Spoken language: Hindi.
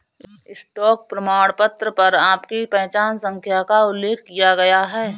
स्टॉक प्रमाणपत्र पर आपकी पहचान संख्या का उल्लेख किया गया है